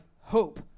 hope